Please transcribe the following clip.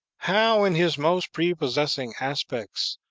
how, in his most prepossessing aspects,